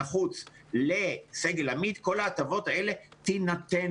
החוץ לסגל עמית כל ההטבות האלה תינתנה.